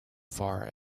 far